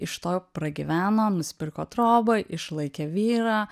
iš to pragyveno nusipirko trobą išlaikė vyrą